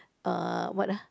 err what ah